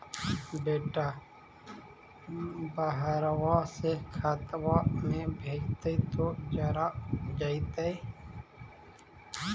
बेटा बहरबा से खतबा में भेजते तो भरा जैतय?